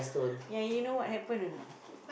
ya you know what happen or not